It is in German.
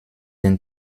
den